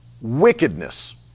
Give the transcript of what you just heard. wickedness